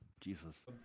Jesus